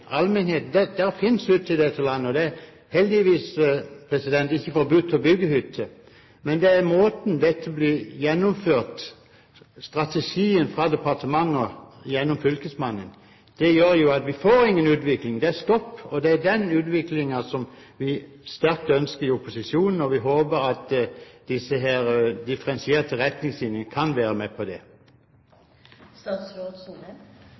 Det finnes jo tilgang i dette landet. Det er heldigvis ikke forbudt å bygge hytte, men det er måten dette blir gjennomført på – det er strategien fra departementet gjennom fylkesmannen – som gjør at vi ikke får noen utvikling. Det er stopp. Det er den utviklingen som vi i opposisjonen er sterkt imot, og vi håper at man med disse differensierte retningslinjene kan